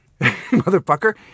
Motherfucker